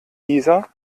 dieser